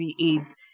aids